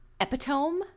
epitome